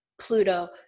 Pluto